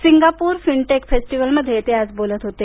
Singapore fintech फेस्टीव्हलमध्ये ते बोलत होते